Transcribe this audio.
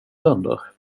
sönder